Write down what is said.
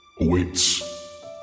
Awaits